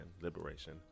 liberation